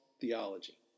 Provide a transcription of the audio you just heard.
theology